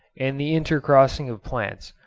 and the intercrossing of plants,